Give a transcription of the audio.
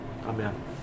Amen